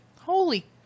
Holy